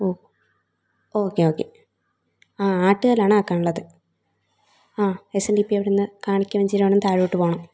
ഓ okay okay ആ ആട്ടുകല്ലാണ് ആക്കാനുള്ളത് ആ എസ് എൻ ഡി പിയുടെ അവിടുന്ന് കാണിക്കവഞ്ചിയുടെ അവിടുന്ന് താഴോട്ട് പോവണം